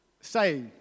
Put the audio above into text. say